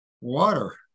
water